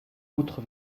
poutre